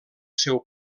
seu